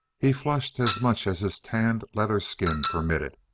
he flushed as much as his tanned-leather skin permitted.